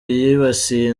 yibasiye